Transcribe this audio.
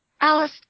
Alice